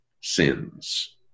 sins